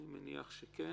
אני מניח שכן.